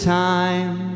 time